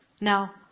Now